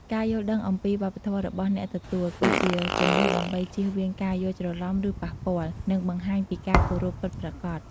ការយល់ដឹងអំពីវប្បធម៌របស់អ្នកទទួល គឺជាគន្លឹះដើម្បីជៀសវាងការយល់ច្រឡំ ឬប៉ះពាល់ និងបង្ហាញពីការគោរពពិតប្រាកដ។